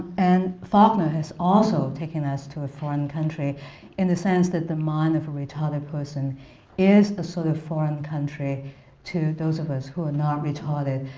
and faulkner has also taken us to a foreign country in the sense that the mind of a retarded person is a sort of foreign country to those of us who are not retarded.